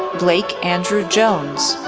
blake andrew jones,